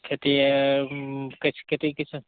খেতি